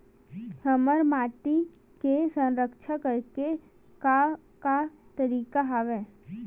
हमर माटी के संरक्षण करेके का का तरीका हवय?